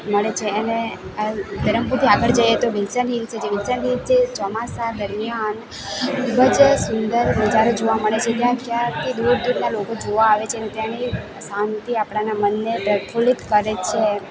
મળે છે અને એ ધરમપુરથી આગળ જઈએ તો વિલ્સન હિલ્સ છે વિલ્સન હિલ્સ જે ચોમાસા દરમિયાન ખૂબ જ સુંદર નજારો જોવા મળે છે ત્યાં ક્યારથી દૂર દૂરના લોકો જોવા આવે છે ને ત્યાંની શાંતિ આપણાના મનને પ્રફુલ્લિત કરે છે